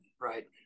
right